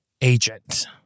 agent